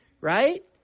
right